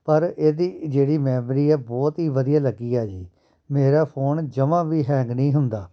ਪਰ ਇਹਦੀ ਜਿਹੜੀ ਮੈਮਰੀ ਹੈ ਬਹੁਤ ਹੀ ਵਧੀਆ ਲੱਗੀ ਹੈ ਜੀ ਮੇਰਾ ਫੋਨ ਜਮਾਂ ਵੀ ਹੈਂਗ ਨਹੀਂ ਹੁੰਦਾ